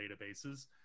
databases